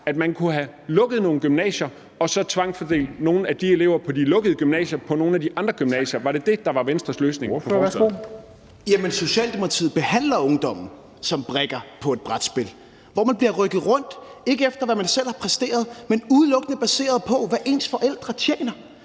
at man kunne have lukket nogle gymnasier og så tvangsfordelt nogle af de elever fra de lukkede gymnasier på nogle af de andre gymnasier? Var det det, der var Venstres løsningsforslag? Kl. 11:09 Formanden (Henrik Dam Kristensen): Ordføreren, værsgo. Kl. 11:09 Morten Dahlin (V): Jamen Socialdemokratiet behandler ungdommen som brikker i et brætspil, hvor man bliver rykket rundt, ikke efter hvad man selv har præsteret, men udelukkende baseret på, hvad ens forældre tjener.